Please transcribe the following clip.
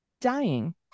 dying